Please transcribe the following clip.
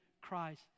Christ